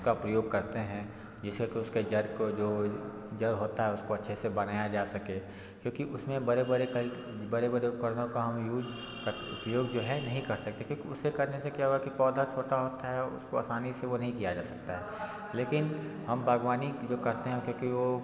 का प्रयोग करते हैं जिससे कि उसके जड़ को जो जड़ होता है उसको अच्छे से बनाया जा सके क्योंकि उसमें बड़े बड़े कई बड़े बड़े उपकरणों का हम यूज़ का प्रयोग जो है नहीं कर सकते क्योंकि उससे करने से क्या होगा कि पौधा छोटा होता है उसको आसानी से वो नहीं किया जा सकता है लेकिन हम बागवानी जो करते हैं क्योंकि वो